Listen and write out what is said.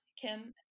Kim